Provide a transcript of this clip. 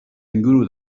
inguru